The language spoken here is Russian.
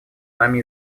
нами